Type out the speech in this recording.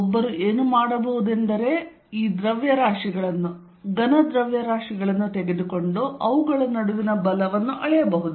ಒಬ್ಬರು ಏನು ಮಾಡಬಹುದೆಂದರೆ ಒಬ್ಬರು ಈ ದ್ರವ್ಯರಾಶಿಗಳನ್ನು ಘನ ದ್ರವ್ಯರಾಶಿಗಳನ್ನು ತೆಗೆದುಕೊಂಡು ಅವುಗಳ ನಡುವಿನ ಬಲವನ್ನು ಅಳೆಯಬಹುದು